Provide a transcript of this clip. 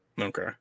Okay